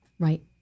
Right